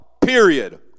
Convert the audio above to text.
period